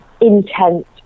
intense